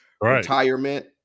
retirement